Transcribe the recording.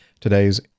today's